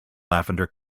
lavender